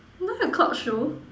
nine o-clock show